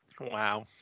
Wow